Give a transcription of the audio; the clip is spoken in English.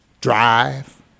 drive